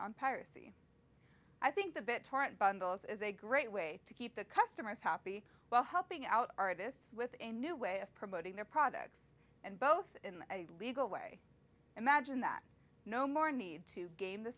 on piracy i think the bit torrent bundles is a great way to keep the customers happy while helping out artists with a new way of promoting their products and both in a legal way imagine that no more need to game the